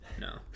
no